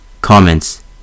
Comments